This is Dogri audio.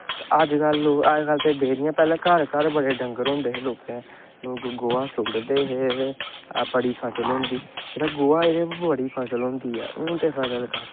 अजकल्ल ते डेरियां पैह्लैं घर घर बड़े डंगर होंदे हे लोकैं लोग गोहा सुटदे हे ते बड़ी फसल होंदी ही गोहे नै बड़ी फसल होंदी ऐ हून ते